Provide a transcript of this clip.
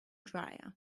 drier